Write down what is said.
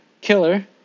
killer